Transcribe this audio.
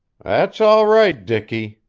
that's all right, dicky,